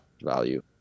value